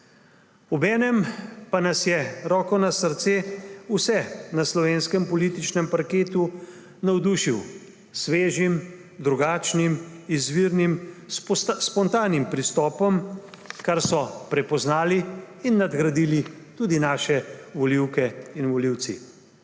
Obenem pa nas je, roko na srce, vse na slovenskem političnem parketu navdušil s svežim, drugačnim, izvirnim, spontanim pristopom, kar so prepoznali in nagradili tudi naše volivke in volivci.